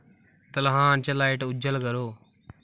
दल्हान च लाइट उज्जल करो